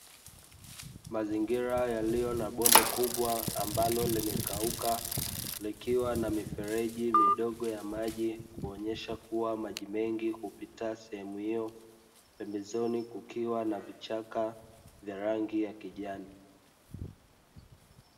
Mazingira yaliyo na bonde kubwa ambalo limekauka likiwa na mifereji midogo ya maji kuonyesha kuwa maji mengi hupita sehemu hiyo, pembezoni kukiwa na vichaka vya rangi ya kijani.